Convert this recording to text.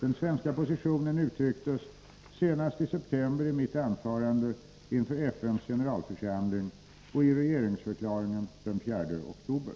Den svenska positionen uttrycktes senast i september i mitt anförande inför FN:s generalförsamling och i regeringsförklaringen den 4 oktober.